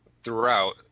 throughout